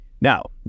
Now